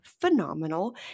phenomenal